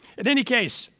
in any case,